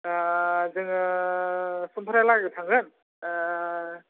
जोङो समफोरहा लागै थांगोन